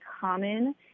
common